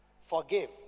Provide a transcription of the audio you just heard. Forgive